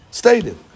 stated